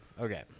Okay